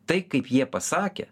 tai kaip jie pasakė